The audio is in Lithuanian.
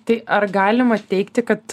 tai ar galima teigti kad